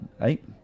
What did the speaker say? eight